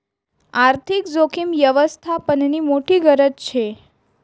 आर्थिक जोखीम यवस्थापननी मोठी गरज शे